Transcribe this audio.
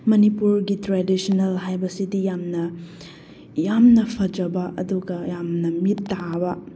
ꯃꯅꯤꯄꯨꯔꯒꯤ ꯇ꯭ꯔꯦꯗꯤꯁꯟꯅꯦꯜ ꯍꯥꯏꯕꯁꯤꯗꯤ ꯌꯥꯝꯅ ꯌꯥꯝꯅ ꯐꯖꯕ ꯑꯗꯨꯒ ꯌꯥꯝꯅ ꯃꯤꯠꯇꯥꯕ